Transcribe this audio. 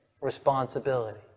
responsibility